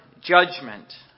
judgment